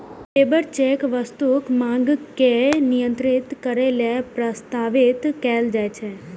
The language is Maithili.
लेबर चेक वस्तुक मांग के नियंत्रित करै लेल प्रस्तावित कैल जाइ छै